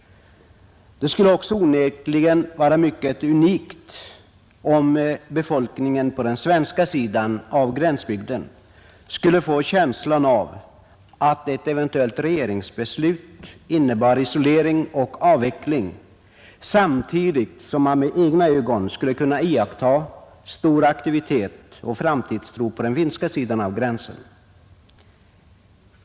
Det skulle onekligen också vara mycket unikt, om befolkningen på den svenska sidan av gränsen skulle få känslan att ett eventuellt regeringsbeslut innebar isolering och avveckling, samtidigt som man med egna ögon skulle kunna iaktta stor aktivitet och framtidstro på den finska sidan av gränsen.